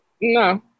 no